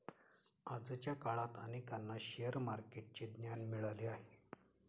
आजच्या काळात अनेकांना शेअर मार्केटचे ज्ञान मिळाले आहे